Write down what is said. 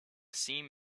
seam